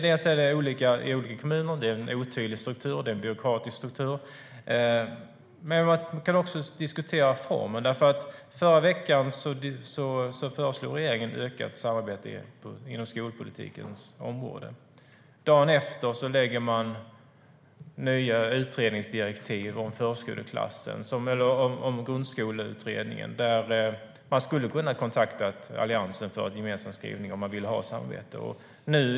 Dels är det olika i olika kommuner, dels är det en otydlig och byråkratisk struktur. Man kan också diskutera formen. Förra veckan föreslog regeringen ett ökat samarbete inom skolpolitikens område. Dagen efter ger man nya utredningsdirektiv till grundskoleutredningen. Där skulle man ha kunnat kontakta Alliansen för en gemensam skrivning om man vill ha ett samarbete.